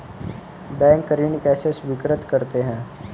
Bank ऋण कैसे स्वीकृत करते हैं?